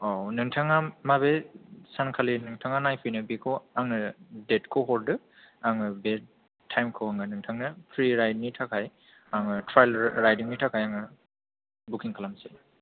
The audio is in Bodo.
औ नोंथाङा माबे सानखालि नोंथाङा नायफैनो बेखौ आंनो डेटखौ हरदो आङो बे टाइमखौ आङो नोंथांनो फ्रि राइडनि थाखाय आङो ट्राइल राइडिंनि थाखाय आङो बुकिं खालामसै